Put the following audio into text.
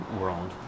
world